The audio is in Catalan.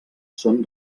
són